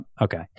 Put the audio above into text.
Okay